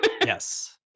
Yes